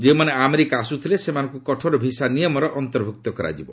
ଯେଉଁମାନେ ଆମେରିକା ଆସୁଥିଲେ ସେମାନଙ୍କୁ କଠୋର ଭିସା ନିୟମର ଅନ୍ତର୍ଭୁକ୍ତ କରାଯିବ